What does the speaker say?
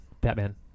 Batman